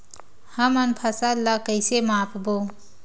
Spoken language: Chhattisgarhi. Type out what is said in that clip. हमन फसल ला कइसे माप बो?